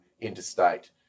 interstate